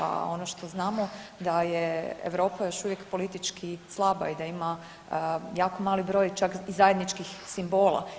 A ono što znamo da je Europa još uvijek politički slaba i da ima jako mali broj čak i zajedničkih simbola.